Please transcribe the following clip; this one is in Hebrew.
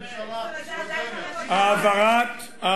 תודה.